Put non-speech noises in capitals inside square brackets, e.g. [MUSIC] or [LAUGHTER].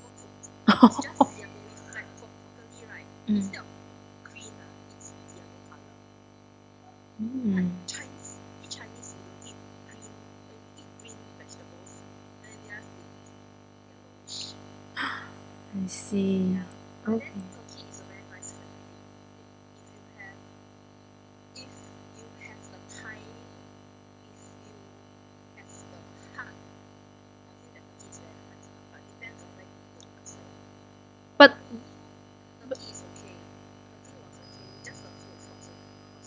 [LAUGHS] mm mm [NOISE] I see okay but